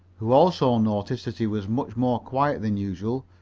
who also noticed that he was much more quiet than usual,